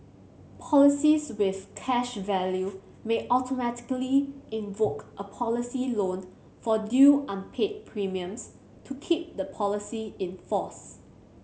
policies with cash value may automatically invoke a policy loan for due unpaid premiums to keep the policy in force